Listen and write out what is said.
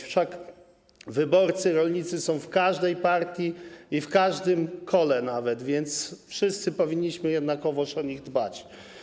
Wszak wyborcy rolnicy są w każdej partii i nawet w każdym kole, więc wszyscy powinniśmy jednakowo o nich dbać.